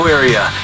area